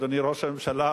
אדוני ראש הממשלה,